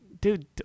dude